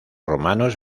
romanos